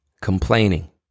complaining